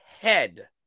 head